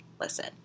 listen